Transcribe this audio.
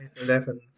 eleven